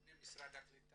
לפני משרד הקליטה